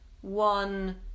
one